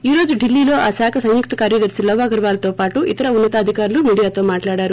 ఈ రోజు ఢిల్లీలో ఆ శాఖ సంయుక్త కార్యదర్పి లవ్ అగర్వాల్ తో పాటు ఇతర ఉన్న తాధికారులు మీడియాతో మాట్లాడారు